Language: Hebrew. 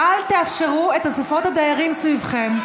אל תאפשרו את אספות הדיירים סביבכם.